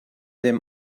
dem